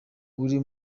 uri